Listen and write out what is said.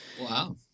Wow